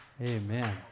Amen